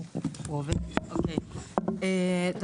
שלום,